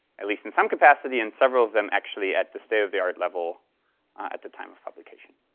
at least in some capacity. and several of them actually at the state of the art level at the time of publication.